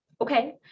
okay